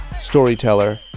storyteller